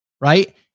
right